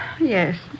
Yes